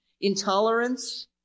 intolerance